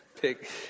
pick